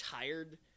tired